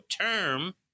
term